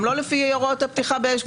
גם לא לפי הוראות הפתיחה באש.